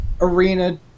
arena